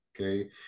okay